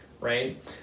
right